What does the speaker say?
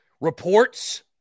reports